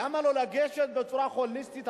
למה לא לגשת בצורה הוליסטית,